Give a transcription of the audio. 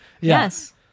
Yes